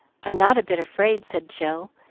i'm not a bit afraid, said jill,